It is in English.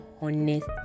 honest